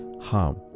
harm